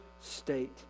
state